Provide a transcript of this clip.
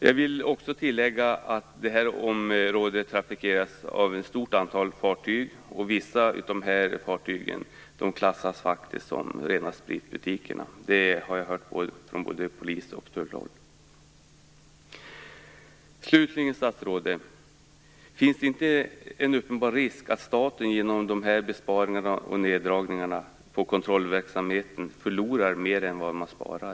Jag vill också tillägga att det här området trafikeras av ett stort antal fartyg, och vissa av dessa fartyg klassas faktiskt som rena spritbutiker. Det har jag hört från både polis och tullorgan. Slutligen, statsrådet: Finns det inte en uppenbar risk att staten genom de här besparingarna och neddragningarna på kontrollverksamheten förlorar mer än man sparar?